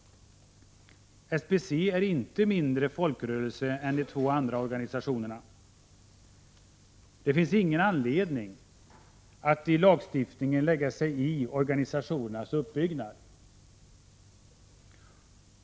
SBC är inte mindre folkrörelse än de två andra organisationerna. Det finns ingen anledning att i lagstiftning lägga sig i organisationernas uppbyggnad.